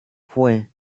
fue